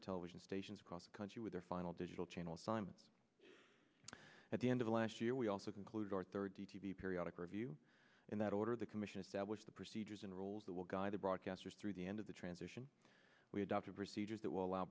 television stations across the country with their final digital channels signed at the end of last year we also conclude our third d t b periodic review in that order the commission established the procedures and rules that will guide the broadcasters through the end of the transition we adopt a procedure that will allow